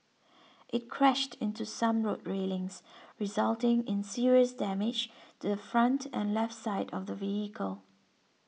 it crashed into some road railings resulting in serious damage to the front and left side of the vehicle